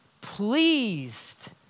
pleased